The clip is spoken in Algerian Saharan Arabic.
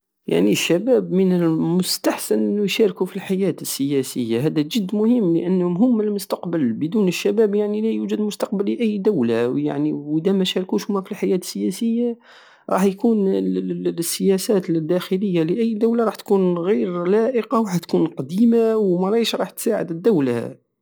يعني الشباب من المستحسن ان يشاركو في الحياة السياسية هدا جد مهم لانو هم المستقبل بدون الشباب يعني لايوجد مستقبل لاي دولة ويعني ادا ماشاركوش هما في الحياة السياسية راح يكون ال- السياسات الداخلية لاي دولة راح تكون غير لائقة وراح تكون قديمة ومراهيش راح تساعد الدولة